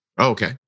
Okay